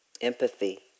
empathy